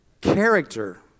character